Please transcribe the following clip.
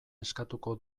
eskatuko